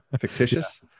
Fictitious